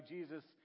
Jesus